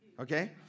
Okay